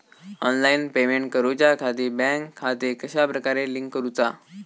Online payment करुच्याखाती bank खाते कश्या प्रकारे लिंक करुचा?